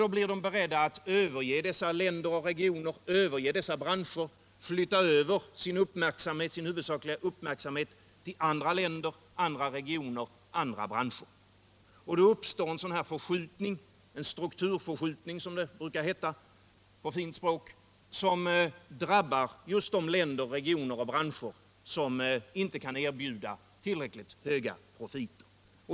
Då blir de beredda att överge dessa länder, regioner och branscher och flytta över sin huvudsakliga uppmärksamhet till andra områden. Då uppstår en strukturförskjutning som drabbar just de länder, regioner och branscher som inte kan erbjuda tillräckligt höga profiter.